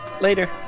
later